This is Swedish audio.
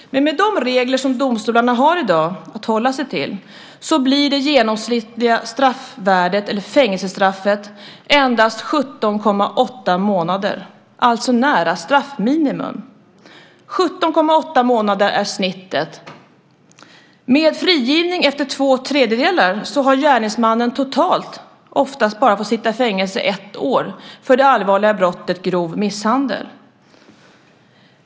Men med de regler som domstolarna i dag har att hålla sig till blir det genomsnittliga fängelsestraffet endast 17,8 månader, alltså nära straffminimum. Snittet är 17,8 månader. Med frigivning efter två tredjedelar har gärningsmannen totalt oftast bara fått sitta i fängelse i ett år för det allvarliga brottet grov misshandel.